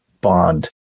Bond